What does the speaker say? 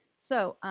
so,